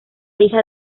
hija